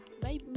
bye